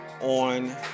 on